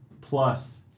Plus